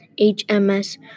HMS